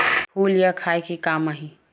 फूल ह खाये के काम आही?